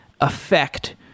affect